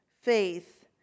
faith